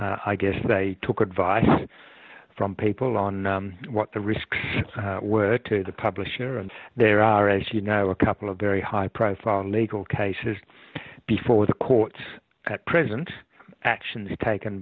chop i guess they took advice from people on what the risks were to the publisher and there are as you know a couple of very high profile nagel cases before the courts at present actions taken